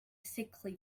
sickly